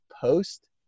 post